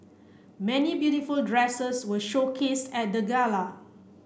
many beautiful dresses were showcased at the gala